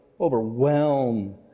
overwhelm